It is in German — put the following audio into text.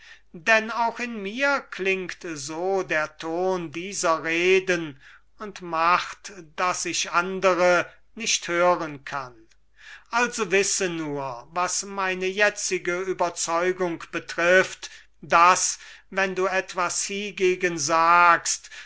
denn auch in mir klingt so der ton dieser reden und macht daß ich andere nicht hören kann also wisse nur was meine jetzige überzeugung betrifft daß wenn du etwas hiergegen sagst